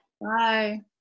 Bye